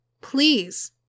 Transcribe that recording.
Please